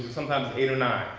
sometimes eight or nine.